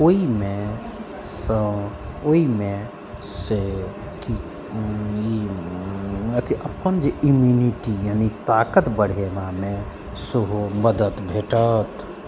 ओइमे सँ ओइमे सँ अथी अपन जे इम्यूनिटी यानि ताकत बढ़ेबामे सेहो मदति भेटत